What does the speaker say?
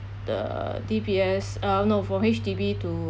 the D_B_S uh no from H_D_B to